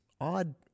odd